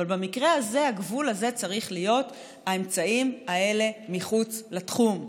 אבל במקרה הזה הגבול הזה צריך להיות שהאמצעים האלה מחוץ לתחום.